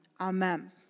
Amen